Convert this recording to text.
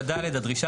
אני